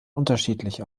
unterschiedlich